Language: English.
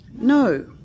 No